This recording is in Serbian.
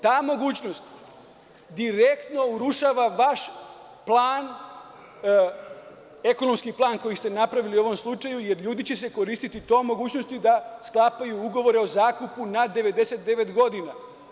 Ta mogućnost direktno urušava vaš plan, ekonomski plan, koji ste napravili u ovom slučaju, jer ljudi će se koristiti tom mogućnošću da sklapaju ugovore o zakupu na 99 godina.